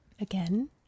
Again